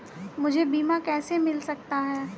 मुझे बीमा कैसे मिल सकता है?